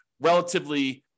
relatively